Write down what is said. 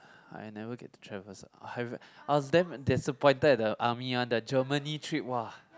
I never get to travel I I was damn disappointed at the army one the Germany trip !wah!